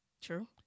True